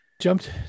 Jumped